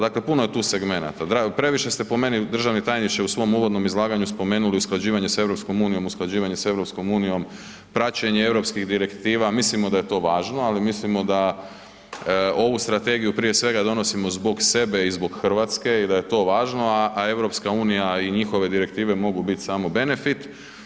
Dakle puno je tu segmenata, previše ste po meni državni tajniče u svom uvodnom izlaganju spomenuli usklađivanje sa EU, usklađivanje sa EU, praćenje europskih direktiva mislimo da je to važno, ali mislimo da ovu strategiju prije svega donosimo zbog sebe i zbog Hrvatske i da je to važno, a EU i njihove direktive mogu biti samo benefit.